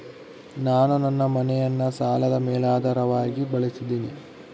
ನಾನು ನನ್ನ ಮನೆಯನ್ನ ಸಾಲದ ಮೇಲಾಧಾರವಾಗಿ ಬಳಸಿದ್ದಿನಿ